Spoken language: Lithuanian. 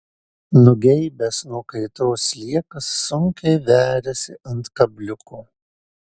nugeibęs nuo kaitros sliekas sunkiai veriasi ant kabliuko